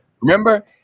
Remember